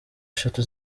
eshatu